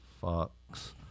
Fox